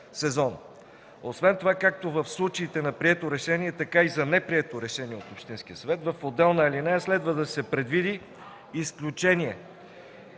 Освен това както в случаите на прието решение, така и за неприето решение от общинския съвет в отделна алинея, следва да се предвиди изключение